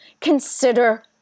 consider